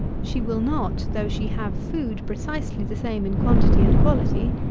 she will not, though she have food precisely the same in quantity and quality,